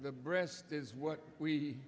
the breast is what we